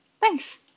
thanks